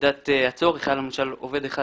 היה למשל עובד אחד